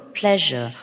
pleasure